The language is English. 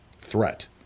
threat